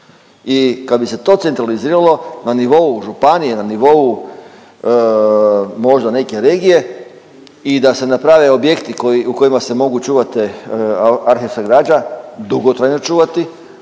i kad bi se to centraliziralo na nivou županije, na nivou možda neke regije i da se naprave objekti koji, u kojima se mogu čuvat te arhivska građa, dugotrajno čuvati.